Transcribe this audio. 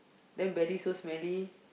then belly so smelly